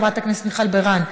חברת הכנסת מיכל בירן,